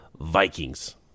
Vikings